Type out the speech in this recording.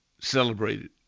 celebrated